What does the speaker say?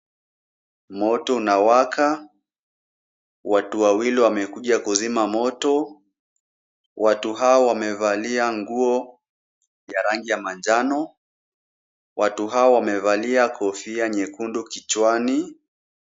Moto uanwaka. Watu wawili wamekuja kuzima moto. Watu hao wamevalia nguo ya rangi ya manjano. Watu hao wamevalia kofia nyekundu kichwani.